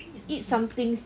eat somethings